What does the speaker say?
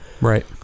Right